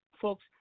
folks